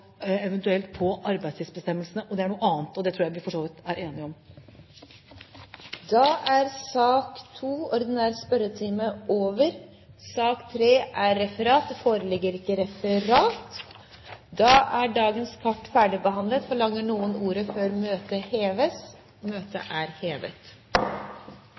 arbeidstidsbestemmelsene, og det er noe annet. Det tror jeg for så vidt vi er enige om. Dette spørsmålet er trukket tilbake. Da er sak nr. 2 ferdigbehandlet. Det foreligger ikke noe referat. Dermed er dagens kart ferdigbehandlet. Forlanger noen ordet før møtet heves? – Møtet er hevet.